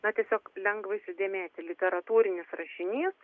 na tiesiog lengva įsidėmėti literatūrinis rašinys